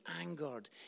angered